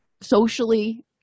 socially